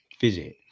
visit